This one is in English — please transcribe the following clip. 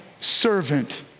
servant